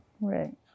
Right